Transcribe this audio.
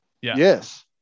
Yes